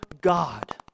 God